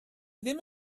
ddim